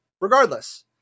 Regardless